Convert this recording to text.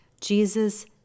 Jesus